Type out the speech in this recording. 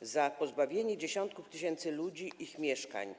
za pozbawienie dziesiątków tysięcy ludzi ich mieszkań.